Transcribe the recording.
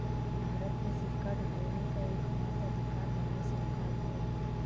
भारत में सिक्का ढालने का एकमात्र अधिकार भारत सरकार को है